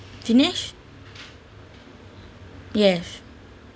vinesh yes